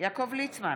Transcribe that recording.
יעקב ליצמן,